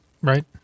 Right